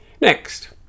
Next